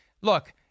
look